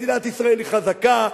מדינת ישראל היא חזקה.